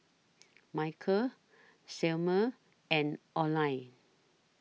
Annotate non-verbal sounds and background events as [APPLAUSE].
[NOISE] Michale Selmer and Oline